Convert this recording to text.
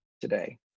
today